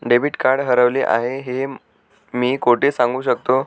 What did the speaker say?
Debit card हरवले आहे हे मी कोठे सांगू शकतो?